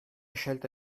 scelta